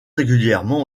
régulièrement